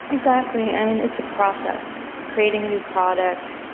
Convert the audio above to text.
exactly, and it's a process. creating a new product,